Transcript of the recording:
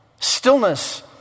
Stillness